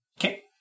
Okay